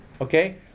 Okay